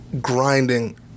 grinding